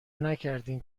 نکردین